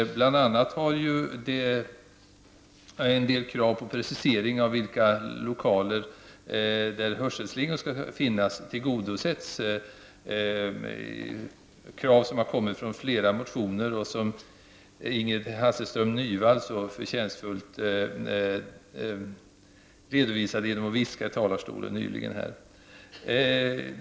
Man har bl.a. tillgodosett en del krav på precisering när det gäller i vilka lokaler hörselslingor skall finnas. Det är krav som har framförts i flera motioner och som Ingrid Hasselström Nyvall så förtjänstfullt redovisade genom att viska här i talarstolen.